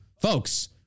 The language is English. folks